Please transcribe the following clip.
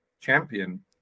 champion